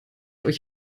euch